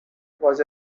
was